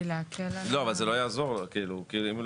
אבל זה לא יעזור לו --- כי זה